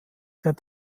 der